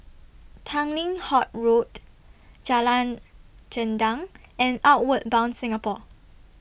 Tanglin Halt Road Jalan Gendang and Outward Bound Singapore